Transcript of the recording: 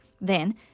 Then